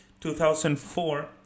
2004